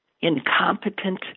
incompetent